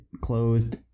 closed